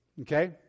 Okay